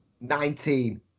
Nineteen